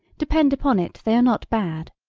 depend upon it they are not bad.